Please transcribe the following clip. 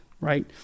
right